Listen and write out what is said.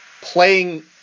playing